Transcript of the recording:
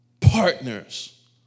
partners